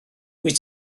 wyt